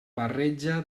barreja